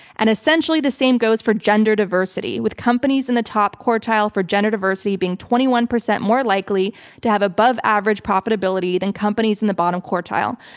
and essentially the same goes for gender diversity with companies in the top quartile for gender diversity being twenty one percent more likely to have above-average profitability than companies in the bottom quartile.